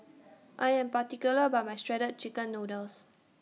I Am particular about My Shredded Chicken Noodles